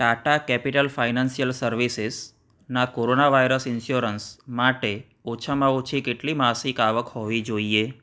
Tata Capital Financial સર્વિસીસના corona virus insurance માટે ઓછામાં ઓછી કેટલી માસિક આવક હોવી જોઈએ